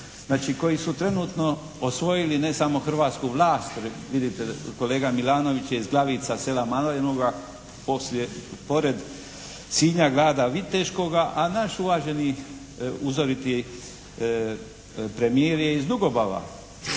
koji su trenutno osvojili ne samo hrvatsku vlast, jer vidite kolega Milanović je iz Glavica sela malenoga pored Sinja grada Viteškoga, a naš uvaženi uzoriti premijer je iz Dugobala.